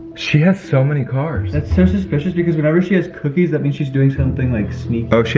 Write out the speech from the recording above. she has so many cars. it's so suspicious, because when ever she has cookies, that means she's doing something like sneaky. oh she